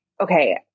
okay